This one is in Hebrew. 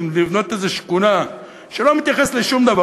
לבנות איזו שכונה שלא מתייחסת לשום דבר,